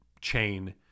chain